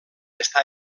està